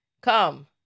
Come